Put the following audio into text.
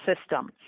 system